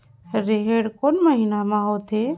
रेहेण कोन महीना म होथे?